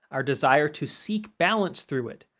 our desire to seek balance through it,